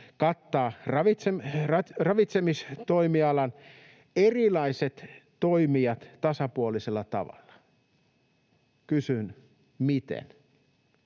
kattaa ravitsemistoimialan erilaiset toimijat tasapuolisella tavalla.” Kysyn: Miten?